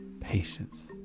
patience